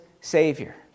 Savior